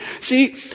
See